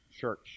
church